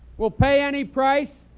will pay any price,